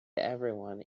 everyone